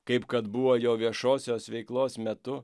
kaip kad buvo jo viešosios veiklos metu